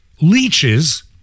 leeches